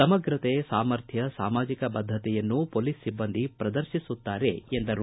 ಸಮಗ್ರತೆ ಸಾಮರ್ಥ್ಯ ಸಾಮಾಜಿಕ ಬದ್ದತೆಯನ್ನು ಪೊಲೀಸ್ ಸಿಬ್ಬಂದಿ ಪ್ರದರ್ತಿಸುತ್ತಾರೆ ಎಂದರು